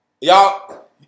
Y'all